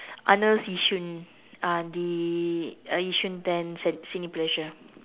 Arnolds yishun uh the uh yishun ten cin~ cineleisure